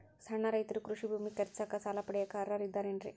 ಸಣ್ಣ ರೈತರು ಕೃಷಿ ಭೂಮಿ ಖರೇದಿಸಾಕ, ಸಾಲ ಪಡಿಯಾಕ ಅರ್ಹರಿದ್ದಾರೇನ್ರಿ?